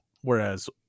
whereas